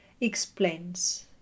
explains –